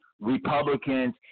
Republicans